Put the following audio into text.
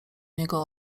niego